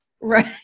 Right